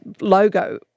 logo